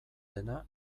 dena